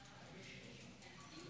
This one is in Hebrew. נתקבל.